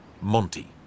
Monty